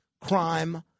crime